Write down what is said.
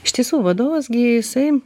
iš tiesų vadovas gi jisai